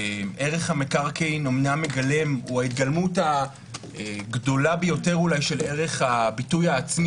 ערך המקרקעין הוא אולי ההתגלמות הגדולה ביותר של ערך הביטוי העצמי,